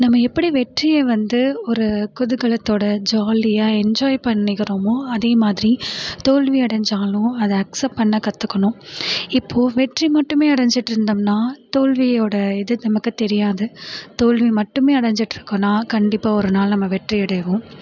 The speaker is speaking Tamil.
நம்ம எப்படி வெற்றியை வந்து ஒரு குதுகலத்தோட ஜாலியாக என்ஜாய் பண்ணிக்கிறோமோ அதேமாதிரி தோல்வி அடைஞ்சாலும் அதை அக்ஸப்ட் பண்ண கற்றுக்கணும் இப்போது வெற்றி மட்டுமே அடைஞ்சிட்டு இருந்தோம்னால் தோல்வியோட இது நமக்கு தெரியாது தோல்வி மட்டுமே அடைஞ்சிட்டு இருக்கோம்னா கண்டிப்பாக ஒரு நாள் நம்ம வெற்றி அடைவோம்